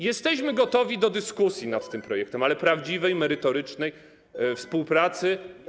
Jesteśmy gotowi do dyskusji nad tym projektem, ale prawdziwej, merytorycznej, do współpracy.